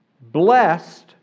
blessed